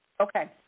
Okay